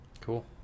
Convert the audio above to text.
Cool